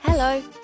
Hello